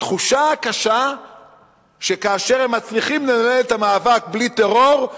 התחושה הקשה שכאשר הם מצליחים לנהל את המאבק בלי טרור,